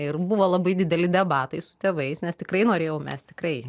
ir buvo labai dideli debatai su tėvais nes tikrai norėjau mest tikrai